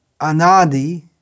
Anadi